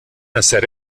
hacer